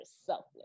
selfless